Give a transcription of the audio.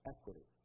Equity